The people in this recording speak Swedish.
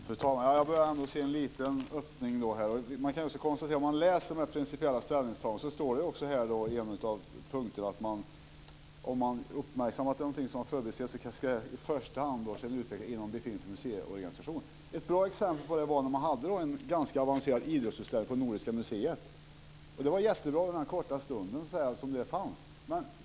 Fru talman! Jag börjar ändå se en liten öppning här. Om man läser de principiella ställningstagandena står det också här i en av punkterna att om man uppmärksammat någonting som förbisetts ska utvecklingen i första hand ske inom befintlig museiorganisation. Ett bra exempel på det var när man hade en ganska avancerad idrottsutställning på Nordiska museet. Det var jättebra under den korta stund som den fanns.